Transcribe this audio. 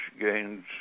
gains